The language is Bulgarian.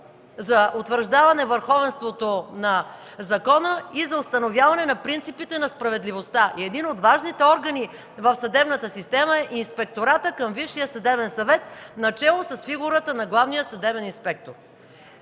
за утвърждаване върховенството на закона и за установяване на принципите на справедливостта. Един от важните органи в съдебната система е Инспекторатът към Висшия съдебен съвет, начело с фигурата на главния съдебен инспектор.